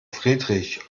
friedrich